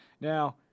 Now